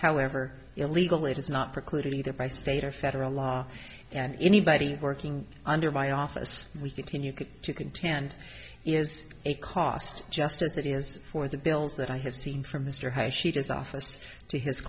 however illegal it is not precluded either by state or federal law and anybody working under my office we continue to contend is a cost just as it is for the bills that i have seen from mr hayes she does office to his